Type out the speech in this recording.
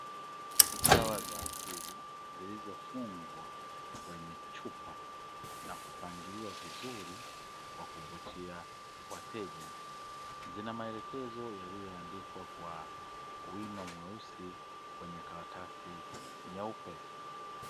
Dawa za asili zilizofungwa kwenye chupa na kupangiliwa vizuri kwa kuvutia wateja, zina maelekezo yaliyoandikwa kwa wino mweusi kwenye karatasi nyeupe.